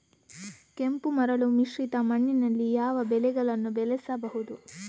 ಕೆಂಪು ಮರಳು ಮಿಶ್ರಿತ ಮಣ್ಣಿನಲ್ಲಿ ಯಾವ ಬೆಳೆಗಳನ್ನು ಬೆಳೆಸಬಹುದು?